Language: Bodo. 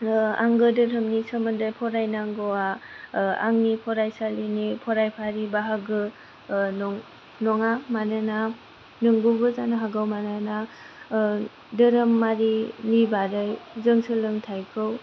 आंगो धोरोमनि सोमोन्दै फरायनांगौआ आंनि फरायसालिनि फारायफारि बाहागो नङा मानोना नोंगौबो जानो हागौ मानोना धोरोमारिनि बारै जों सोलोंथायखौ